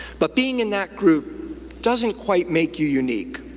but being in that group doesn't quite make you unique.